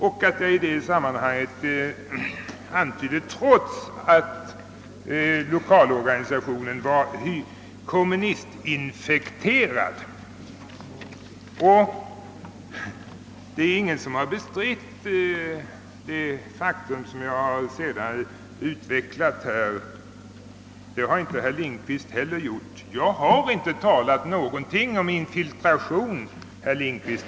Jag antydde i det sammanhanget att det skett trots att lokalorganisationen var kommunistinfekterad. Det är ingen som har bestritt det faktum som jag här senare har utvecklat. Det har inte heller herr Lindkvist gjort. Jag har inte alls talat om infiltration, herr Lindkvist.